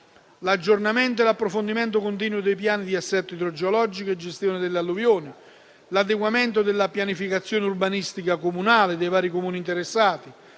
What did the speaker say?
l'aggiornamento e l'approfondimento continuo dei piani di assetto idrogeologico e gestione delle alluvioni; l'adeguamento della pianificazione urbanistica comunale dei vari Comuni interessati;